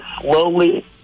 slowly